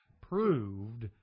proved